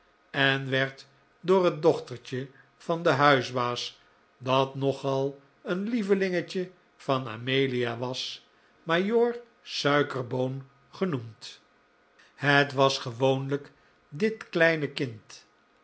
en werd door het dochtertje van den huisbaas dat nogal een lievelingetje van amelia was majoor suikerboon genoemd het was gewoonlijk dit kleine kind